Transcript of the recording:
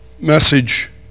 message